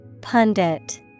Pundit